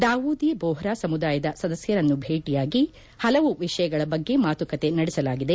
ದಾವೂದಿ ಬೋಹ್ರಾ ಸಮುದಾಯದ ಸದಸ್ಯರನ್ನು ಭೇಟಿಯಾಗಿ ಹಲವು ವಿಷಯಗಳ ಬಗ್ಗೆ ಮಾತುಕತೆ ನಡೆಸಲಾಗಿದೆ